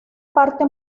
parte